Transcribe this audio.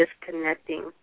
disconnecting